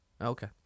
Okay